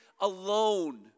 alone